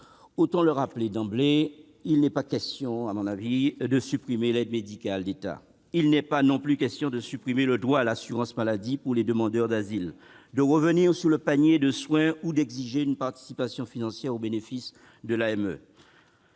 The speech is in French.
Autant le rappeler d'emblée, il n'est pas question, à mon avis, de supprimer l'aide médicale de l'État ! Heureusement ! Il n'est pas non plus question de supprimer le droit à l'assurance maladie pour les demandeurs d'asile, de revenir sur le panier de soins ou d'exiger une participation financière aux bénéficiaires à l'AME.